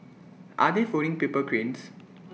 are they folding paper cranes